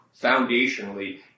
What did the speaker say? foundationally